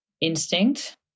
instinct